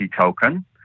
token